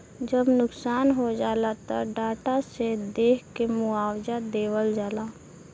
जब नुकसान हो जाला त डाटा से देख के मुआवजा देवल जाला